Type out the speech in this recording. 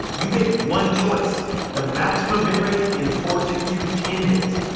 you get one choice the maximum bitrate in four two two ten bit.